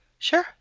Sure